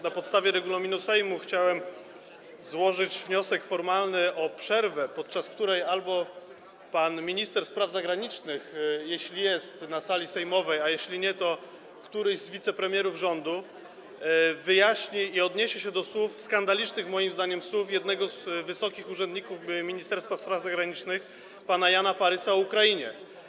Na podstawie regulaminu Sejmu chciałem złożyć wniosek formalny o przerwę, podczas której pan minister spraw zagranicznych, jeśli jest na sali sejmowej, a jeśli go nie ma, to któryś z wicepremierów w rządzie, wyjaśni i odniesie się do słów, skandalicznych moim zdaniem słów, jednego z wysokich urzędników Ministerstwa Spraw Zagranicznych pana Jana Parysa o Ukrainie.